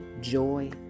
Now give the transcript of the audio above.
joy